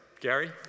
Gary